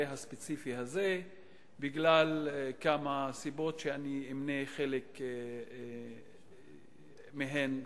הספציפי הזה בגלל כמה סיבות שאני אמנה חלק מהן כאן.